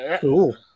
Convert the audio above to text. Cool